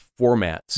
formats